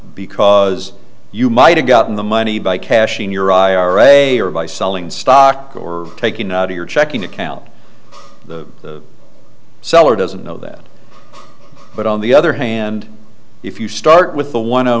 because you might have gotten the money by cashing your ira or by selling stock or taking out your checking account the seller doesn't know that but on the other hand if you start with the one